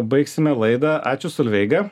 baigsime laidą ačiū solveiga